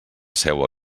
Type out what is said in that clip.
seua